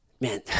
man